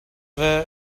were